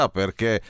perché